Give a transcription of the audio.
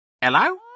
Hello